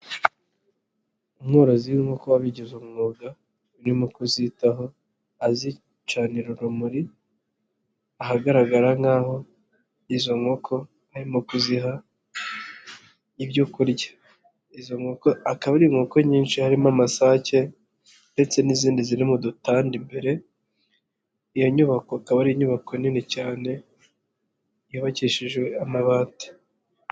Umworozi w'inkoko wabigize umwuga, urimo kuzitaho azicanira urumuri, ahagaragara nk'aho izo nkoko arimo kuziha ibyo kurya. Izo nkoko kaba ari inkoko nyinshi harimo amasake ndetse n'izindi ziri mu dutanda imbere iyo nyubako akaba ari inyubako nini cyane yubakishijwe amabati.